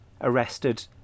arrested